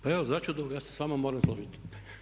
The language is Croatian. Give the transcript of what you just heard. Pa evo začudo, ja se sa vama moram složiti.